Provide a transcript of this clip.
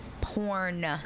porn